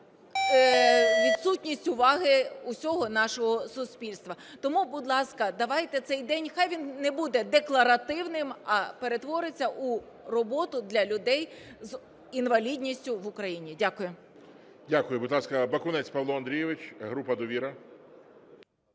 відсутність уваги всього нашого суспільства. Тому, будь ласка, давайте цей день, хай він не буде декларативним, а перетвориться у роботу для людей з інвалідністю в Україні. Дякую. ГОЛОВУЮЧИЙ. Дякую. Будь ласка, Бакунець Павло Андрійович, група "Довіра".